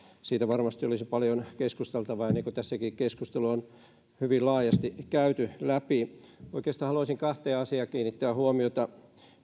siitä varmasti olisi paljon keskusteltavaa tässäkin kertomusta on hyvin laajasti käyty läpi oikeastaan haluaisin kahteen asiaan kiinnittää huomiota